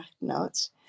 notes